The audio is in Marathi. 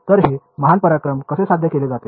तर हे महान पराक्रम कसे साध्य केले जाते